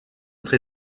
autre